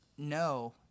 No